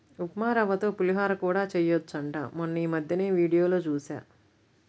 ఉప్మారవ్వతో పులిహోర కూడా చెయ్యొచ్చంట మొన్నీమద్దెనే వీడియోలో జూశా